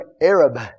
Arab